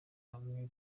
hamwe